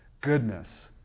goodness